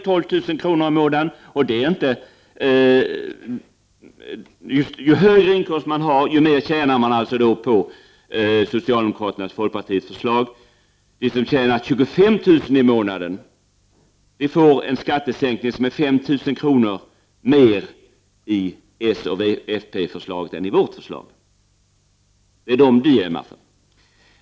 Ju högre inkomster man har, desto mer tjänar man på socialdemokraternas och folkpartiets förslag. De som tjänar 25 000 kr. i månaden får en skattesänkning på 5 000 kr. mer i sfp-förslaget än i vårt förslag. Det är dem som s och fp ömmar för.